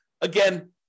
Again